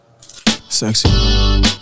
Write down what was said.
Sexy